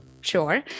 sure